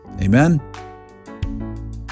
Amen